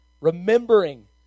remembering